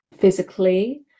physically